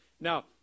Now